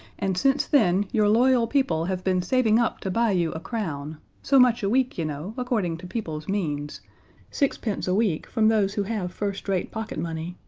and since then your loyal people have been saving up to buy you a crown so much a week, you know, according to people's means sixpence a week from those who have first-rate pocket money,